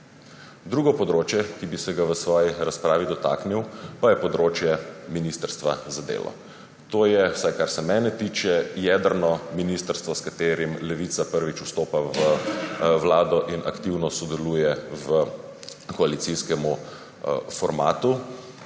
Drugo področje, ki bi se ga v svoji razpravi dotaknil, je področje ministrstva za delo. To je, vsaj kar se mene tiče, jedrno ministrstvo, s katerim Levica prvič vstopa v vlado in aktivno sodeluje v koalicijskem formatu.